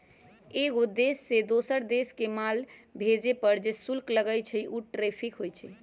एगो देश से दोसर देश मे माल भेजे पर जे शुल्क लगई छई उ टैरिफ होई छई